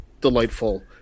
delightful